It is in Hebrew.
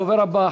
הדובר הבא,